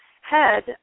head